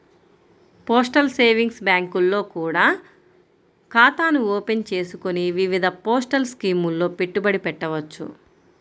postal savings బ్యాంకుల్లో కూడా ఖాతాను ఓపెన్ చేసుకొని వివిధ పోస్టల్ స్కీముల్లో పెట్టుబడి పెట్టవచ్చు